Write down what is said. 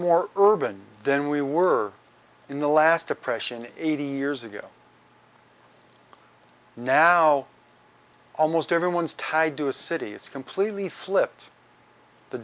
more urban then we were in the last depression eighty years ago now almost everyone's tied to a city it's completely flipped the